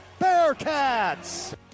Bearcats